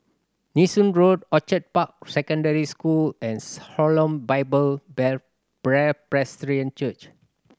Nee Soon Road Orchid Park Secondary School and Shalom Bible Presbyterian Church